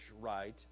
right